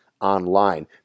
online